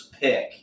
pick